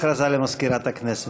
הכרזה למזכירת הכנסת.